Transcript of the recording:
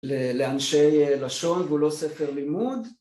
לאנשי לשון, והוא לא ספר לימוד